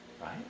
right